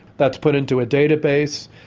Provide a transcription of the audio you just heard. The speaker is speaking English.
that's put into a database,